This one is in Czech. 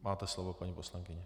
Máte slovo, paní poslankyně.